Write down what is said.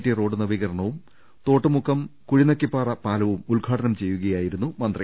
T road നവീകരണവും തോട്ടുമുക്കം കുഴിനക്കിപ്പാറ പാലവും ഉദ്ഘാടനം ചെയ്യുകയായിരുന്നു മന്ത്രി